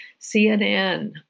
CNN